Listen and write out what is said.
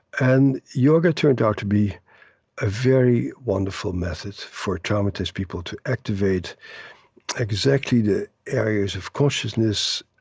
and yoga turned out to be a very wonderful method for traumatized people to activate exactly the areas of consciousness,